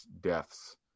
deaths